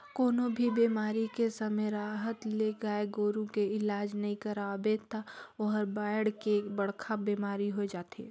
कोनों भी बेमारी के समे रहत ले गाय गोरु के इलाज नइ करवाबे त ओहर बायढ़ के बड़खा बेमारी होय जाथे